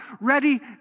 ready